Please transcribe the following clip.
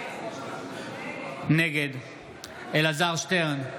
נגד אלעזר שטרן,